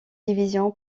division